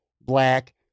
Black